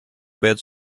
bed